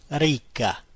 rica